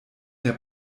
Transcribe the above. der